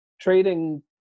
trading